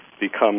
become